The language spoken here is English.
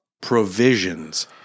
provisions